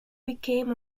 became